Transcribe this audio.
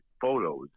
photos